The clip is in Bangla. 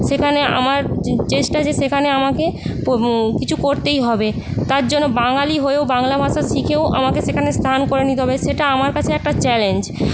সেখানে আমার চেষ্টা যে সেখানে আমাকে কিছু করতেই হবে তার জন্য বাঙালি হয়েও বাংলা ভাষা শিখেও আমাকে সেখানে স্থান করে নিতে হবে সেটা আমার কাছে একটা চ্যালেঞ্জ